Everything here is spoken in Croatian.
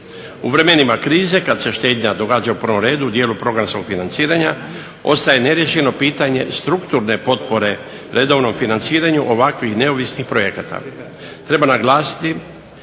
U vremenima krize kada se štednja događa u prvom redu dijelu programskog financiranja ostaje neriješeno pitanje strukturne potpore redovnom financiranju ovakvih neovisnih projekata.